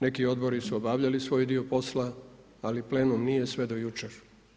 Neki odbori su obavljali svoj dio posla ali plenum nije sve do jučer.